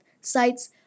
sites